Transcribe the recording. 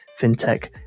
fintech